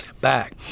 back